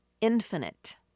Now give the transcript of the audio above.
infinite